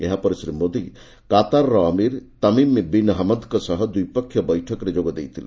ଏହାପରେ ଶ୍ରୀ ମୋଦୀ କାତାରର emir Tamim bin ହମଦ୍ଙ୍କ ସହ ଦ୍ୱିପକ୍ଷିୟ ବୈଠକରେ ଯୋଗ ଦେଇଥିଲେ